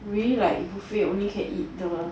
we really like buffet can only eat the